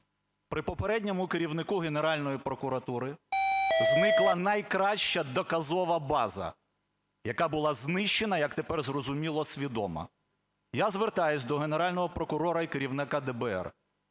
при попередньому керівнику Генеральної прокуратури зникла найкраща доказова база, яка була знищена, як тепер зрозуміло, свідомо. Я звертаюсь до Генерального прокурора і керівника ДБР,